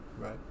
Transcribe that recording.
Right